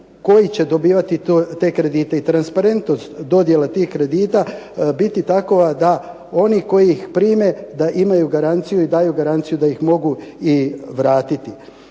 koji će dobivati te kredite i transparentnost dodjela tih kredita biti takova da oni koji ih prime da imaju garanciju i daju garanciju da ih mogu i vratiti.